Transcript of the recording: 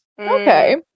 Okay